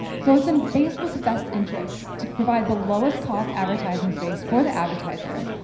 so it's in facebook's best interests to provide the lowest cost advertising space for the advertiser,